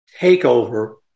takeover